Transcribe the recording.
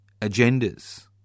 agendas